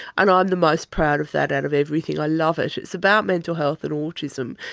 and i'm the most proud of that out of everything, i love it. it's about mental health and autism.